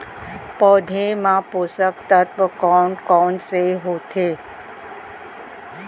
पौधे मा पोसक तत्व कोन कोन से होथे?